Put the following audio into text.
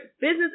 business